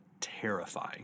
terrifying